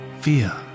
fear